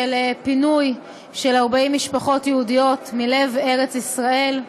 של פינוי של 40 משפחות יהודיות מלב ארץ-ישראל.